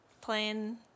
playing